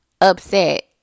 upset